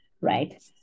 right